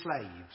slaves